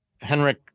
Henrik